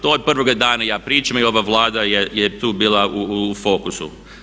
To od prvog dana ja pričam i ova Vlada je tu bila u fokusu.